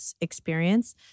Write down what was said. experience